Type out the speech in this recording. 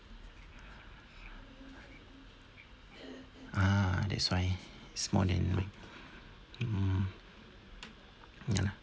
ah that's why small than mine mm ya lah